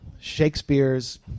Shakespeare's